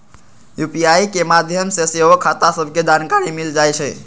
UPI के माध्यम से सेहो खता सभके जानकारी मिल जाइ छइ